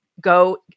go